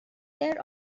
their